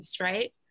right